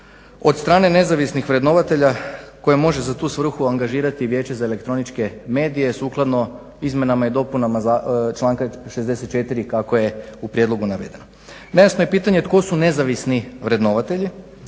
od strane nezavisnih vrednovatelja koji može za tu svrhu angažirati Vijeće za elektroničke medije sukladno izmjenama i dopunama članka 64. kako je u prijedlogu navedeno. Nejasno je pitanje tko su nezavisni vrednovatelji